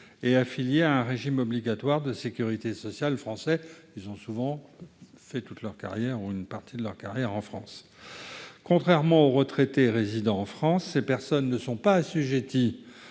et affiliés à un régime obligatoire de sécurité sociale français, ayant souvent accompli une partie de leur carrière en France. Contrairement aux retraités résidant en France, ils ne sont pas assujettis